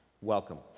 welcome